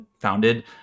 founded